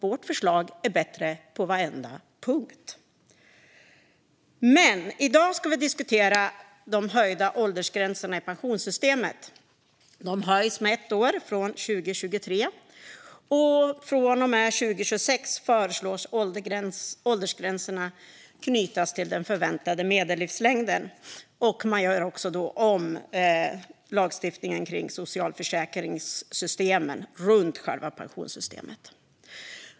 Vårt förslag är alltså bättre på varenda punkt. Men i dag ska vi diskutera de höjda åldersgränserna i pensionssystemet. De höjs med ett år från 2023. Från och med 2026 föreslås åldersgränserna knytas till den förväntade medellivslängden. Man gör då också om lagstiftningen kring socialförsäkringssystemen runt själva pensionssystemet.